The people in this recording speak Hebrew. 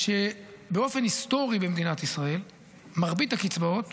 באופן היסטורי במדינת ישראל מרבית הקצבאות